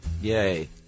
Yay